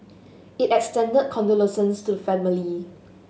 it extended condolences to the family